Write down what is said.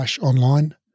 online